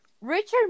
Richard